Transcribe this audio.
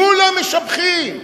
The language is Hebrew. כולם משבחים,